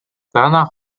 danach